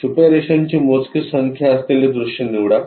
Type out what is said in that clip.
छुप्या रेषांची मोजकी संख्या असलेले दृश्य निवडा